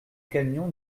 camion